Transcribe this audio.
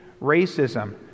racism